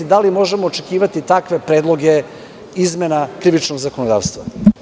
Da li možemo očekivati takve predloge izmena krivičnog zakonodavstva?